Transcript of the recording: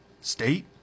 State